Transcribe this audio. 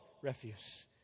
refuse